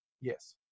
yes